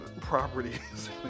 properties